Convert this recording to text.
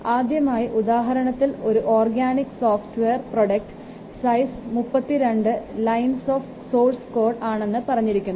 ആദ്യത്തെ ഉദാഹരണത്തിൽ ഒരു ഓർഗാനിക് സോഫ്റ്റ്വെയർ പ്രൊഡക്ടിൻറെ size 32 lines of source code ആണെന്ന് പറഞ്ഞിരിക്കുന്നു